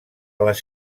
les